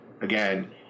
again